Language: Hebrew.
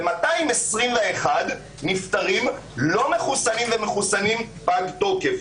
ו-221 לא מחוסנים ומחוסנים פגי תוקף.